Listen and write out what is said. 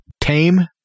tame